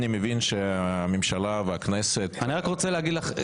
אני מבין שהממשלה והכנסת --- אני רק רוצה להגיד לך,